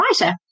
writer